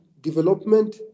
development